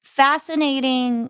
fascinating